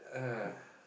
uh